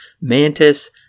Mantis